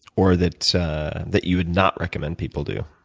or that that you would not recommend people do?